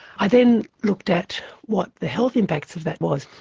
i then looked at what the health impacts of that was.